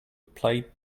play